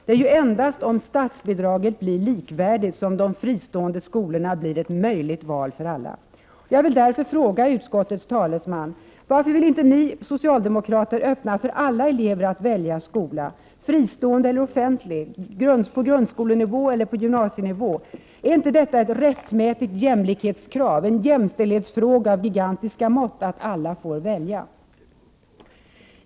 Det är ju endast om statsbidraget blir likvärdigt som de fristående skolorna blir ett möjligt val för alla. Jag vill därför fråga utskottets talesman: Varför vill inte ni socialdemokrater öppna för alla elever att välja skola, fristående eller offentlig, på grundskolenivå och på gymnasienivå? Är det inte ett rättmätigt jämlikhetskrav, en jämställdhetsfråga av gigantiska mått, att alla får välja?